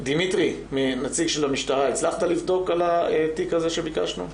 דימיטרי, הצלחת לבדוק לגבי התיק הזה שביקשנו?